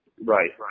right